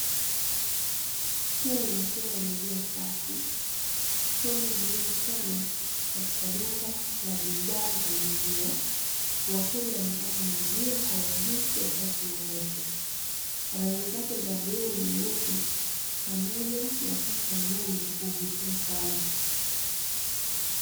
Hii ni mashine ya maziwa safi, chombo muhimu sana katika duka la bidhaa za maziwa. Wateja wanapata maziwa kwa urahisi wakati wowote. Rangi zake za bluu na nyeupe, pamoja na picha ya ng'ombe huvutia sana.